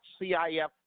CIF